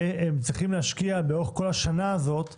והם צריכים להשקיע לאורך כל השנה הזאת בתשתיות,